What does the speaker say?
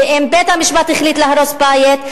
"ואם בית-המשפט החליט להרוס בית,